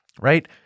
right